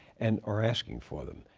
and are asking for them.